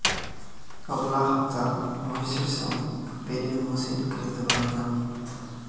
अगला हफ्ता महेशेर संग बेलर मशीन खरीदवा जामु